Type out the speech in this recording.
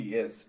Yes